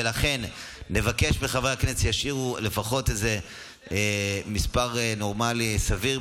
ולכן נבקש מחברי הכנסת שישאירו לפחות איזה מספר נורמלי סביר,